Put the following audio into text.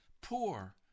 poor